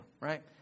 Right